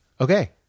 Okay